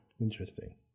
Interesting